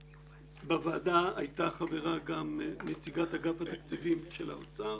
בוועדה הייתה חברה גם נציגת אגף התקציבים של האוצר.